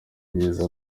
myiza